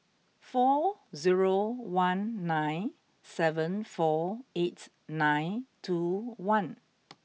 four zero one nine seven four eight nine two one